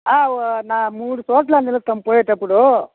ఓ నా మూడు చోట్ల నిలుపుతాం పోయేటప్పుడు